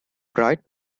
bright